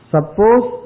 Suppose